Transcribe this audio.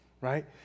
right